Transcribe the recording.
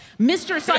Mr